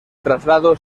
traslado